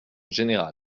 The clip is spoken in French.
général